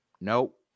Nope